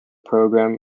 program